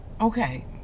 Okay